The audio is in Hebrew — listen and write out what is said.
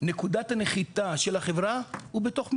נקודת הנחיתה של החברה הוא בתוך מנחת,